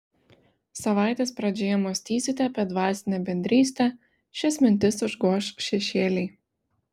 savaitės pradžioje mąstysite apie dvasinę bendrystę šias mintis užgoš šešėliai